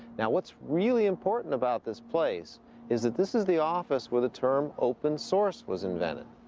now what's really important about this place is that this is the office where the term open source was invented.